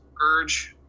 urge